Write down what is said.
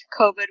COVID